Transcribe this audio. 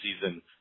season